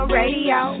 radio